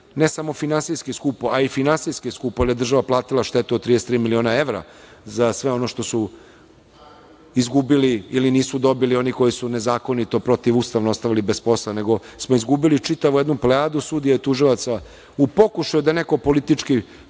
ne samo finansijski skupo, a i finansijski skupo, jer je država platila štetu od 33 miliona evra za sve ono što su izgubili ili nisu dobili oni koji su nezakonito protivustavno ostali bez posla, nego smo izgubili čitavu jednu plejadu sudija i tužilaca u pokušaju da neko politički